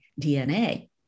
DNA